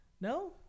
No